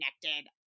connected